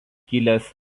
kilęs